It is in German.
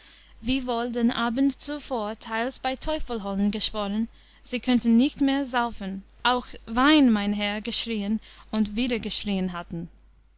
wiewohl den abend zuvor teils bei teufelholen geschworen sie könnten nicht mehr saufen auch wein mein herr geschrieen und geschrieen hatten